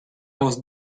was